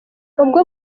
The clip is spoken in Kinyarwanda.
ubwo